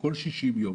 בכל 60 ימים